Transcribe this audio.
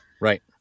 Right